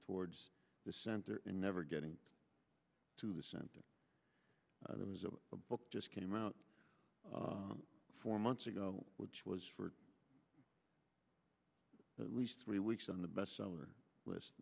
towards the center and never getting to the center of the book just came out four months ago which was for at least three weeks on the bestseller list